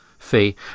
Fee